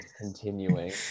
continuing